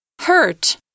Hurt